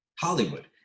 Hollywood